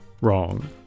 Wrong